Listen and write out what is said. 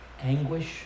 anguish